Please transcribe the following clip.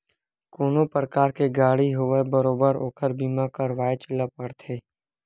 कोनो परकार के गाड़ी होवय बरोबर ओखर बीमा करवायच ल परथे